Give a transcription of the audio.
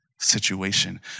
situation